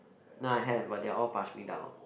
now I have but they're all pass me down